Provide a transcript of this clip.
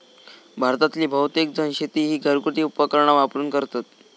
भारतातील बहुतेकजण शेती ही घरगुती उपकरणा वापरून करतत